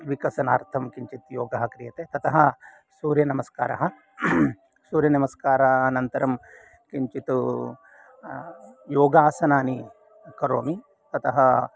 विकासनार्थं किञ्चित् योगः क्रियते ततः सूर्यनमस्कारः सूर्यनमस्कारानन्तरं किञ्चित् योगासनानि करोमि अतः